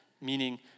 meaning